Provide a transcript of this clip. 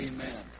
Amen